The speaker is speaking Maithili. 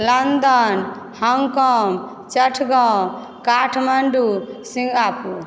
London Hong Kong Chittagong Kathmandu Singapore